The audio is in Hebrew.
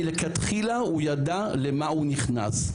מלכתחילה הוא ידע למה הוא נכנס.